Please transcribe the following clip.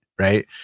right